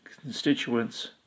constituents